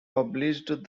published